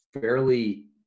fairly